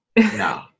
No